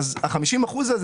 אז סיימנו את החלק הזה.